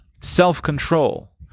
self-control